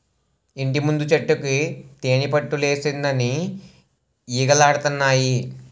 ఇంటిముందు చెట్టుకి తేనిపట్టులెట్టేసింది ఈగలాడతన్నాయి